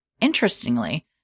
Interestingly